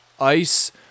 ice